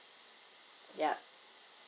yeah